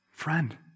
Friend